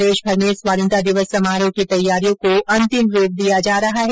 उधर प्रदेशभर में स्वाधीनता दिवस समारोह की तैयारियो को अंतिम रूप दिया जा रहा है